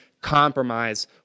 compromise